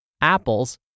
apples